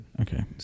Okay